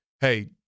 Hey